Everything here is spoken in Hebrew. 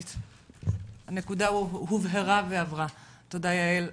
הנקודה הובהרה ועברה, תודה יעל.